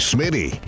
Smitty